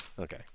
Okay